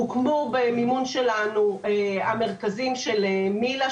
הוקמו במימון שלנו המרכזים של מיל”ה,